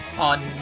on